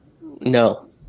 No